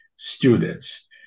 students